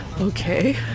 Okay